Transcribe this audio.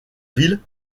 ville